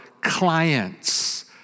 clients